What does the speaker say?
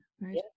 right